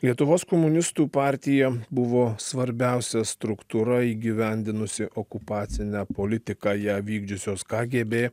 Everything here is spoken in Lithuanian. lietuvos komunistų partija buvo svarbiausia struktūra įgyvendinusi okupacinę politiką ją vykdžiusios kgb